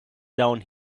down